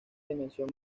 dimensión